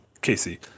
casey